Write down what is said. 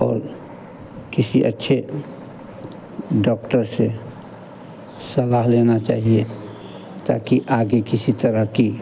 और किसी अच्छे डॉक्टर से सलाह लेना चाहिए ताकि आगे किसी तरह की